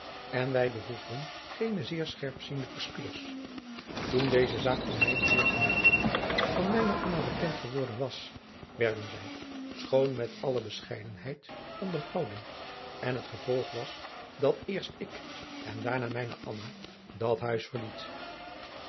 en wij behoefden geene zeer scherpziende verspieders toen deze zaak aan mijnen heer en de mevrouw van mijne anna bekend geworden was werden wij schoon met alle bescheidenbeid onderhouden en het gevolg was dat eerst ik en daarna mijne anna dat huis verliet